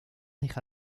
deja